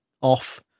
off